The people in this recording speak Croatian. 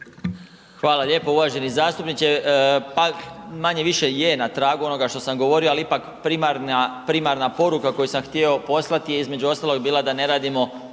Hvala lijepo. Uvaženi zastupniče, pa manje-više je na tragu onoga što sam govorio, ali primarna koju sam htio poslati je između ostalog bila da ne radimo